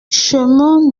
chemin